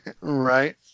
right